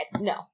No